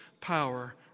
power